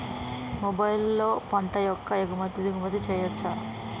మొబైల్లో పంట యొక్క ఎగుమతి దిగుమతి చెయ్యచ్చా?